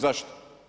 Zašto?